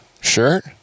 shirt